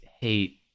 hate